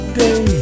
day